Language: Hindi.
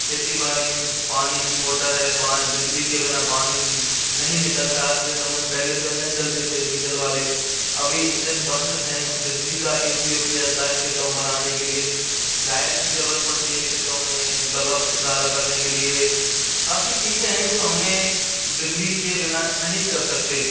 खेती बाड़ी में पानी की मोटर है बिजली के बिना पानी नहीं निकलता आज के समय में पहले तो इंजन चलते थे डीज़ल वाले अभी इंजन बंद है बिजली का ही उपयोग किया जाता है खेतों में भराने के लिए लाइट की जरूरत पड़ती है खेतों में बल्ब उजाला करने के लिए काफ़ी चीज़ें हैं जो हम बिजली के बिना नहीं कर सकते